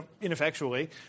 ineffectually